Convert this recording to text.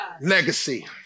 legacy